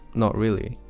not really.